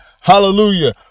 Hallelujah